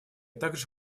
также